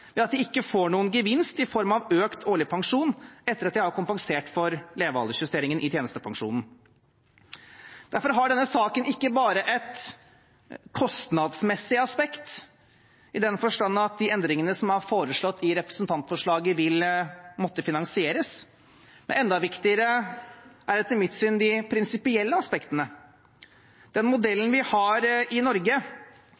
ved at de ikke får noen gevinst i form av økt årlig pensjon etter at de har kompensert for levealdersjusteringen i tjenestepensjonen. Derfor har denne saken ikke bare et kostnadsmessig aspekt i den forstand at de endringene som er foreslått i representantforslaget, vil måtte finansieres. Enda viktigere er etter mitt syn de prinsipielle aspektene. Den